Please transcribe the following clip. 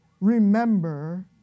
remember